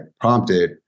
prompted